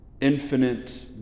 infinite